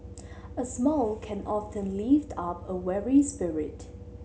a smile can often lift up a weary spirit